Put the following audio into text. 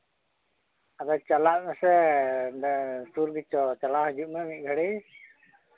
ᱟᱫᱚ ᱪᱟᱞᱟᱜ ᱢᱮᱥᱮ ᱚᱸᱰᱮ ᱥᱩᱨ ᱜᱮᱪᱚ ᱪᱟᱞᱟᱣ ᱦᱤᱡᱩᱜ ᱢᱮ ᱢᱤᱫ ᱜᱷᱟᱹᱲᱤᱡ